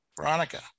Veronica